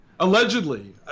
Allegedly